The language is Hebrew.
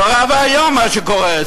נורא ואיום מה שקורה.